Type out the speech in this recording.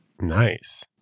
Nice